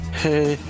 hey